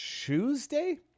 Tuesday